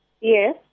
Yes